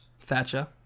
Thatcher